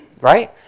Right